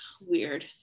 weird